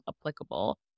applicable